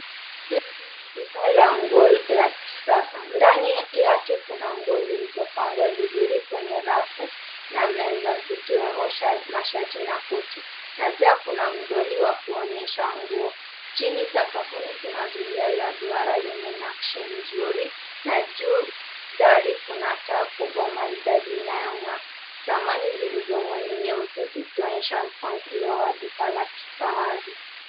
Hili ni duka la nguo ya kisasa, ndani yake kuna nguo zilizopangwa vizuri kwenye rafu na meza zikiwemo mashati na koti na pia kuna doll wa kuonyesha nguo. Chini sakafuni kuna zulia la duara lenye nakshi nzuri na juu dari kuna taa kubwa maridadi inayong'aa. Samani zilizomo ni nyeusi zikionyesha mpangilio wa duka la kifahari.